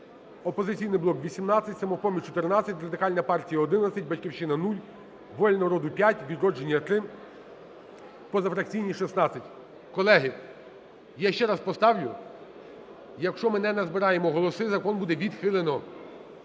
Колеги, я ще раз поставлю. Якщо ми не назбираємо голоси, закон буде відхилено.